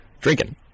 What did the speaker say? Drinking